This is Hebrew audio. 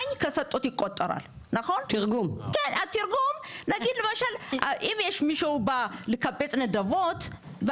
אם מישהו בא לקבץ נדבות,